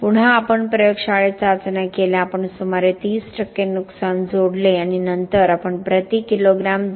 पुन्हा आपण प्रयोगशाळेत चाचण्या केल्या आपण सुमारे 30 नुकसान जोडले आणि नंतर आपण प्रति किलोग्रॅम 2